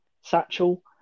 Satchel